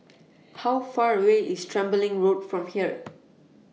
How Far away IS Tembeling Road from here